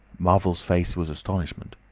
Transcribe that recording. marvel's face was astonishment.